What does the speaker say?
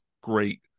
great